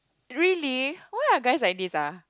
really why are guys like this ah